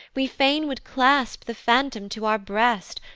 we fain would clasp the phantom to our breast,